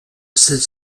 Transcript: celle